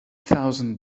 thousand